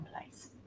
place